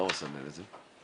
מה הוא עשה לפני זה?